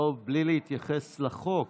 בלי להתייחס לחוק,